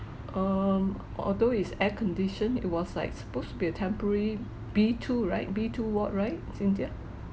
um although is air-conditioned it was like supposed to be a temporary B two right B two ward right cynthia